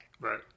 right